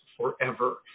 forever